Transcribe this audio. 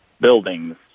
buildings